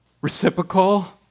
Reciprocal